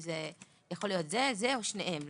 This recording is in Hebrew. זה יכול להיות זה או זה או שניהם.